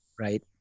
Right